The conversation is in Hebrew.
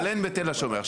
אבל אין בתל השומר.